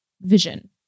vision